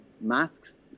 masks